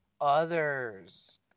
others